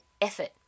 effort